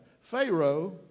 pharaoh